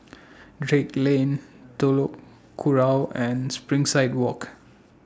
Drake Lane Telok Kurau and Springside Walk